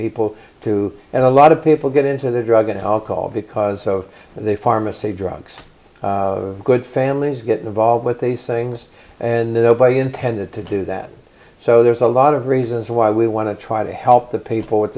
people to and a lot of people get into the drug and alcohol because of the pharmacy drugs good families get involved with these things and thereby intended to do that so there's a lot of reasons why we want to try to help the people at